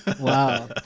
wow